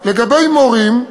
לגבי מורים,